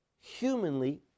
humanly